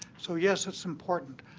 so yes, it's important.